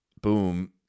boom